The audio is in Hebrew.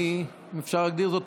אם אפשר להגדיר זאת,